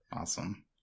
Awesome